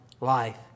life